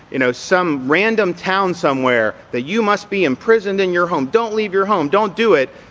you know, some random town somewhere that you must be imprisoned in your home. don't leave your home. don't do it.